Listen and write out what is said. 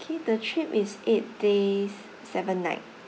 K the trip is eight days seven night